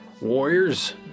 warriors